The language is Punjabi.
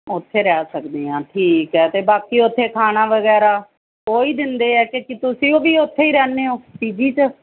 ਉੱਥੇ ਰਹਿ ਸਕਦੇ ਹਾਂ ਠੀਕ ਹੈ ਅਤੇ ਬਾਕੀ ਉੱਥੇ ਖਾਣਾ ਵਗੈਰਾ ਉਹ ਹੀ ਦਿੰਦੇ ਆ ਕਿ ਕਿ ਤੁਸੀਂ ਉਹ ਵੀ ਉੱਥੇ ਹੀ ਰਹਿੰਦੇ ਹੋ ਪੀ ਜੀ 'ਚ